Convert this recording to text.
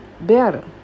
better